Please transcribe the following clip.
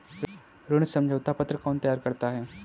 ऋण समझौता पत्र कौन तैयार करता है?